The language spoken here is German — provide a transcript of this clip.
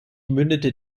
mündete